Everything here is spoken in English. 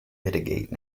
mitigate